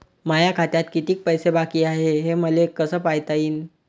माया खात्यात कितीक पैसे बाकी हाय हे मले कस पायता येईन?